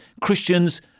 Christians